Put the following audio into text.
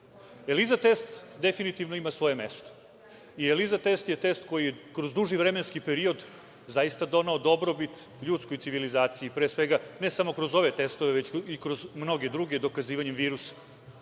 ELISA test definitivno ima svoje mesto i ELISA testje test koji je kroz duži vremenski period zaista doneo dobrobit ljudskoj civilizaciji, ne samo kroz ove testove, već i kroz mnoge druge, dokazivanjem virusa.